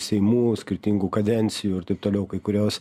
seimų skirtingų kadencijų ir taip toliau kai kurios